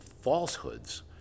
falsehoods